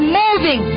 moving